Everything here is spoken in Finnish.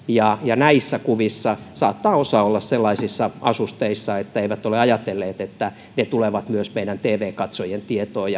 ja ja näissä kuvissa saattaa osa olla sellaisissa asusteissa että eivät ole ajatelleet että ne tulevat myös meidän tv katsojien tietoon